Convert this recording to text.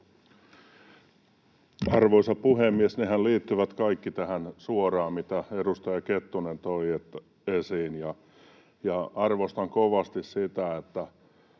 Arvoisa puhemies! Nehän liittyvät tähän suoraan kaikki, mitä edustaja Kettunen toi esiin. Ja arvostan kovasti sitä, että